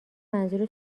منظور